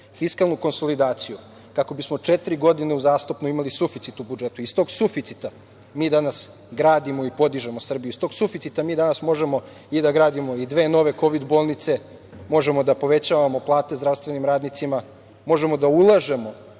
fiskalnu konsolidaciju, kako bismo četiri godine uzastopno imali suficit u budžetu. Iz tog suficita mi danas gradimo i podižemo Srbiju. Iz tog suficita mi danas možemo i da gradimo dve nove Kovid bolnice, možemo da povećavamo plate zdravstvenim radnicima, možemo da ulažemo